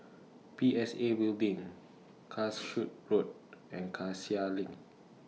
P S A Building Calshot Road and Cassia LINK